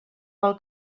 pel